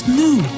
new